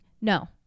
No